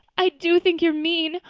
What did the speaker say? i do think you're mean.